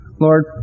Lord